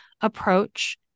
approach